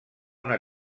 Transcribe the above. una